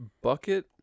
Bucket